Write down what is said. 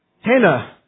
Hannah